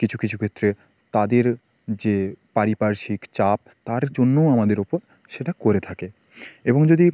কিছু কিছু ক্ষেত্রে তাদের যে পারিপার্শ্বিক চাপ তার জন্যও আমাদের উপর সেটা করে থাকে এবং যদি